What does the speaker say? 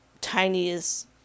tiniest